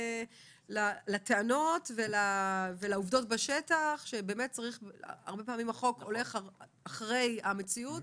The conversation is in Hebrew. לטענות ולעובדות בשטח שהרבה פעמים החוק הולך אחרי המציאות